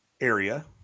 area